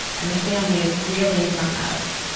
and the family is reeling from this,